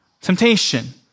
temptation